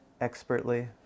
expertly